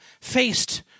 faced